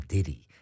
Diddy